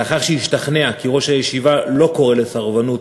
לאחר שהשתכנע כי ראש הישיבה לא קורא לסרבנות